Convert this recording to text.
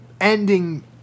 ending